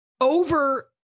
over